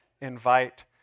invite